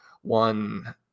one